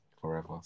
forever